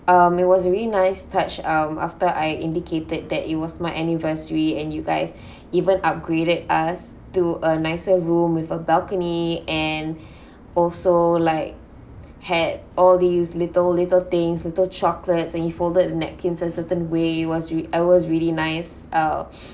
um it was really nice touch um after I indicated that it was my anniversary and you guys even upgraded us to a nicer room with a balcony and also like had all these little little things little chocolates and he folded the napkins in certain way it was I was really nice uh